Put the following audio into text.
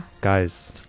guys